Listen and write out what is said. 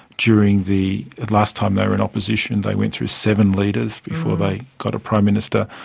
during the last time they were in opposition they went through seven leaders before they got a prime minister.